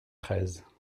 treize